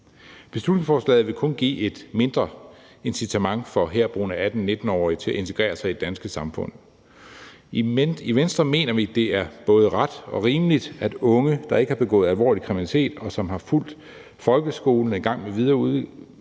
Beslutningsforslaget vil kun give et mindre incitament for herboende 18-19-årige til at integrere sig i det danske samfund. I Venstre mener vi, at det er både ret og rimeligt, at unge, der ikke har begået alvorlig kriminalitet, og som har fulgt folkeskolen og er i gang med videregående